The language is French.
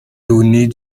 données